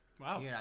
Wow